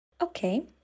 Okay